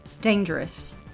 dangerous